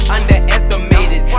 Underestimated